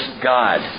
God